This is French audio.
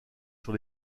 sur